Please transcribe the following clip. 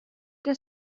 que